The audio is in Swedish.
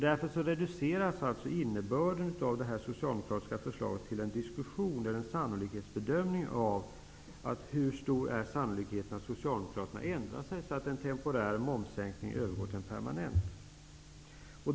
Därför reduceras innebörden i det socialdemokratiska förslaget till en diskussion eller en sannolikhetsbedömning av hur stor sannolikheten är för att Socialdemokraterna ändrar sig så att den temporära momssänkningen övergår till att bli permanent.